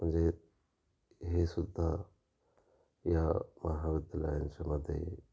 म्हणजे हे सुद्धा या महाविद्यालयांच्यामध्ये